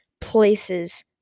places